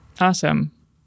Awesome